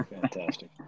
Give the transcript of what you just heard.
Fantastic